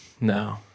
No